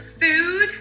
food